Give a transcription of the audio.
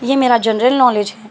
یہ میرا general knowledge ہے